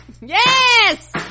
yes